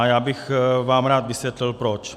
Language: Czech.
Já bych vám rád vysvětlil proč.